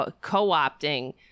co-opting